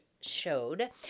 showed